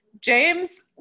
James